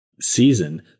season